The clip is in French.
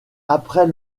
après